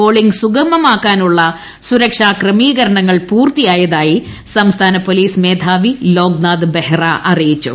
polling സുഗമമാക്കാനുള്ള സുരക്ഷ ക്രമീകരണങ്ങൾ പൂർത്തിയായതായി സംസ്ഥാന പോലീസ് മേധാവി ലോക്നാഥ് ബെഹ്റ അറിയിച്ചു